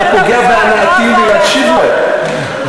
שאתה פוגע בהנאתי להקשיב להם.